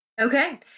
Okay